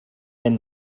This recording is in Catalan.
vent